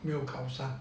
没有考不上